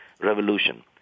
revolution